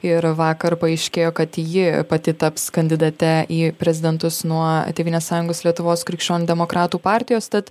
ir vakar paaiškėjo kad ji pati taps kandidate į prezidentus nuo tėvynės sąjungos lietuvos krikščionių demokratų partijos tad